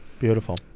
Beautiful